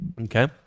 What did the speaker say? Okay